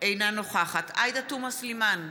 אינה נוכחת עאידה תומא סלימאן,